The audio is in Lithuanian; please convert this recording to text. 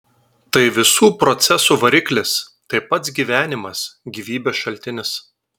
tai visų procesų variklis tai pats gyvenimas gyvybės šaltinis